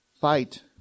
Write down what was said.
fight